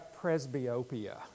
presbyopia